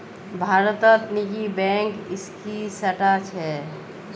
भारतत निजी बैंक इक्कीसटा छ